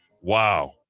Wow